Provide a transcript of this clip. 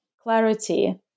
clarity